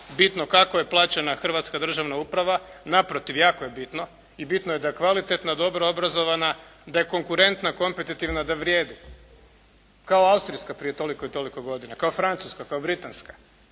bitno kako je plaćena Hrvatska državna uprava, naprotiv jako je bitno i bitno je da kvalitetno dobro obrazovana, da je konkurentna, kompetitivna i da vrijedi. Kao Austrijska prije toliko i toliko godina, kao Francuska, kao Britanska,